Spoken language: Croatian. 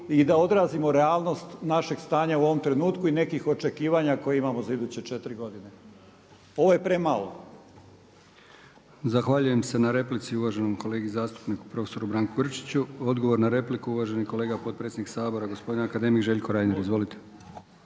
i da odrazimo realnost našeg stanja u ovom trenutku i nekih očekivanja koje imamo za iduće četiri godine. Ovo je premalo. **Brkić, Milijan (HDZ)** Zahvaljujem se na replici uvaženom kolegi zastupniku profesoru Branku Grčiću. Odgovor na repliku uvaženi kolega potpredsjednik Sabora gospodin akademik Željko Reiner. Izvolite.